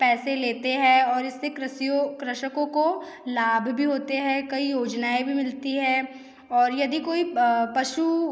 पैसे लेते हैं और इससे कृषियों कृषकों को लाभ भी होते हैं कई योजनाएँ भी मिलती है और यदि कोई पशु